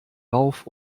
rauf